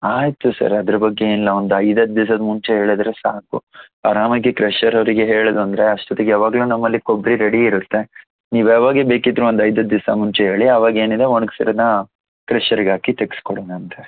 ಆಯಿತು ಸರ್ ಅದರ ಬಗ್ಗೆ ಏನಿಲ್ಲ ಒಂದು ಐದು ಹತ್ತು ದಿಸದ ಮುಂಚೆ ಹೇಳಿದ್ರೆ ಸಾಕು ಆರಾಮಾಗಿ ಕ್ರಶರ್ ಅವರಿಗೆ ಹೇಳಿದ್ರಂದ್ರೆ ಅಷ್ಟೊತ್ತಿಗೆ ಯಾವಾಗಲೂ ನಮ್ಮಲ್ಲಿ ಕೊಬ್ಬರಿ ರೆಡಿ ಇರುತ್ತೆ ನೀವು ಯಾವಾಗ್ಲೇ ಬೇಕಿದ್ದರೂ ಅಂದರೆ ಐದು ಹತ್ತು ದಿವಸ ಮುಂಚೆ ಹೇಳಿ ಆವಾಗ ಏನಿದೆ ಒಣಗ್ಸಿರೋದನ್ನ ಕ್ರಶರ್ಗೆ ಹಾಕಿ ತೆಗೆಸಿ ಕೊಡೋಣಂತೆ